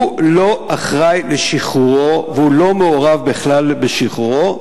הוא לא אחראי לשחרורו והוא לא מעורב בכלל בשחרורו,